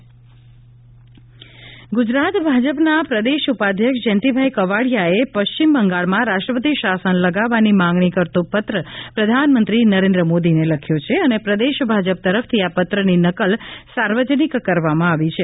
બંગાળ હિંસા સામે ભાજપ વિરોધ ધરણાં ગુજરાત ભાજપના પ્રદેશ ઉપાધ્યક્ષ જયંતિભાઈ કાવડિયાએ પશ્ચિમ બંગાળમાં રાષ્ટ્રપતિ શાસન લગાવવાની માંગણી કરતો પત્ર પ્રધાનમંત્રી નરેન્દ્ર મોદીને લખ્યો છે અને પ્રદેશ ભાજપ તરફથી આ પત્રની નકલ સાર્વજનિક કરવામાં આવી છે